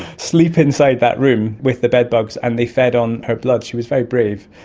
sleep inside that room with the bedbugs and they fed on her blood. she was very brave.